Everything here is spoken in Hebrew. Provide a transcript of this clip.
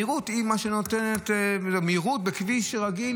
המהירות היא מה, מהירות בכביש רגיל.